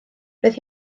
roedd